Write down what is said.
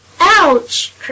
Ouch